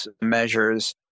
measures